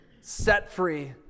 set-free